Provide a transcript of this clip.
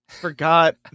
Forgot